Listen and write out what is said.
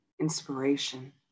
inspiration